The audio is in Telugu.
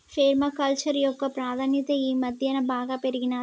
పేర్మ కల్చర్ యొక్క ప్రాధాన్యత ఈ మధ్యన బాగా పెరిగినాది